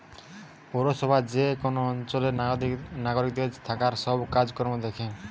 পৌরসভা যে কোন অঞ্চলের নাগরিকদের থাকার সব কাজ কর্ম দ্যাখে